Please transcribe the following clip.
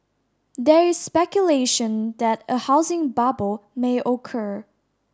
there is speculation that a housing bubble may occur